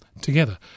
together